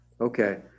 Okay